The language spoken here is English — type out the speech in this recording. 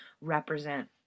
represent